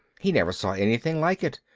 he never saw anything like it.